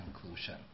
conclusion